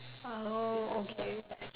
ah oh okay